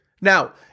now